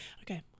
Okay